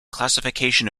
classification